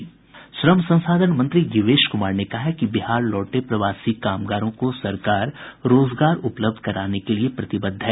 श्रम संसाधन मंत्री जीवेश कुमार ने कहा है कि बिहार लौटे प्रवासी कामगारों को सरकार रोजगार उपलब्ध कराने के लिए प्रतिबद्ध है